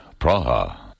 Praha